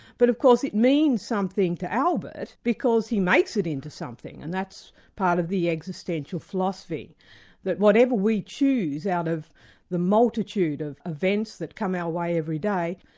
but of course it means something to albert, because he makes it into something. and that's part of the existential philosophy that whatever we choose out of the multitude of events that come our way every day,